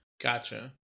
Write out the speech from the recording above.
Gotcha